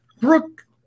Brooke